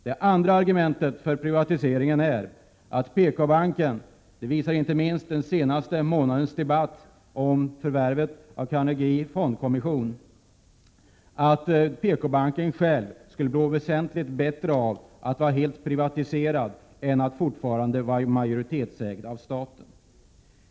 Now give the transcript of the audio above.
Ett ytterligare argument för att PKbanken skulle må väsentligt bättre av att vara helt privatiserad än att fortfarande vara majoritetsägd av staten är inte minst den senaste månadens debatt om förvärvet av Carnegie Fondkommission.